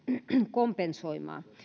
kompensoimaan